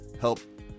help